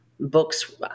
books